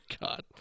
God